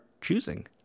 choosing